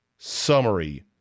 Summary